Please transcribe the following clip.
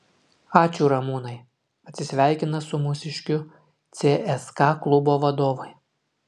ačiū ramūnai atsisveikina su mūsiškiu cska klubo vadovai